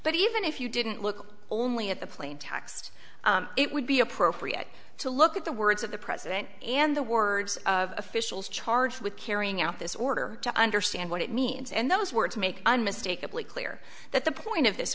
but even if you didn't look only at the plain text it would be appropriate to look at the words of the president and the words of officials charged with carrying out this order to understand what it means and those words make unmistakably clear that the point of this